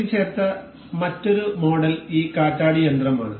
കൂട്ടിച്ചേർത്ത മറ്റൊരു മോഡൽ ഈ കാറ്റാടിയന്ത്രമാണ്